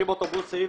60 אוטובוסים,